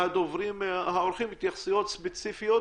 מהדוברים התייחסויות ספציפיות